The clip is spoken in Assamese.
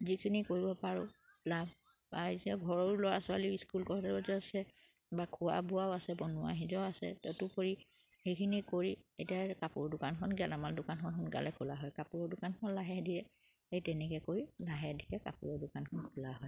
যিখিনি কৰিব পাৰোঁ লাভ পাই যে ঘৰৰ ল'ৰা ছোৱালী স্কুল কলেজত আছে বা খোৱা বোৱাও আছে বনোৱা সিজোৱাও আছে তদুপৰি সেইখিনি কৰি এতিয়া কাপোৰ দোকানখন গেলামাল দোকানখন সোনকালে খোলা হয় কাপোৰৰ দোকানখন লাহে ধিৰে সেই তেনেকে কৰি লাহে ধিৰে কাপোৰৰ দোকানখন খোলা হয়